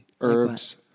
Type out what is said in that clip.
herbs